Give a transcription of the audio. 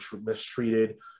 mistreated